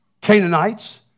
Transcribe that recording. Canaanites